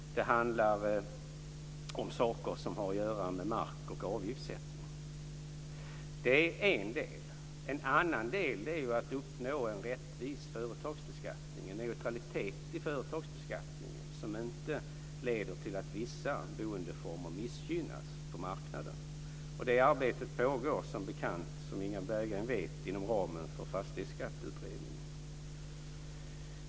Det handlar om mark och avgiftssättning. Det är en del. En annan del är att uppnå en rättvis företagsbeskattning, en neutralitet i företagsbeskattningen som inte leder till att vissa boendeformer missgynnas på marknaden. Det arbetet pågår, som Inga Berggren vet, inom ramen för Fastighetsskatteutredningen.